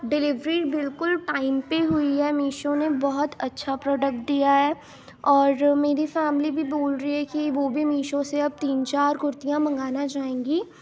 delivery بالکل time پہ ہوئی ہے میشو نے بہت اچھا پروڈکٹ دیا ہے اور میری فیملی بھی بول رہی ہے کہ وہ بھی میشو سے اب تین چار کرتیاں منگانا چاہیں گی